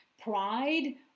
pride